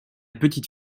petite